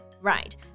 Right